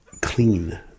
clean